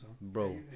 Bro